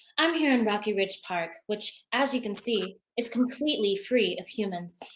i'm here in rocky ridge park, which as you can see is completely free of humans,